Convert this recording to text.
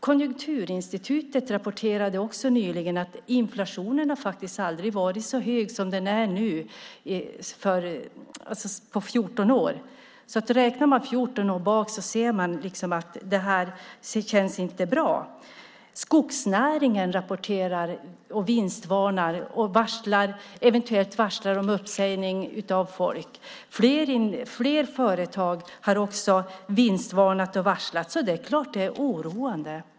Konjunkturinstitutet rapporterade dessutom nyligen att inflationen inte varit så hög som nu på 14 år. Om man går tillbaka 14 år inser man att detta inte är bra. Skogsnäringen rapporterar, vinstvarnar och kommer eventuellt att varsla om uppsägning av folk. Fler företag har vinstvarnat och varslat, så det är klart att det är oroande.